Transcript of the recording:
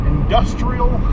Industrial